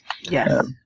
Yes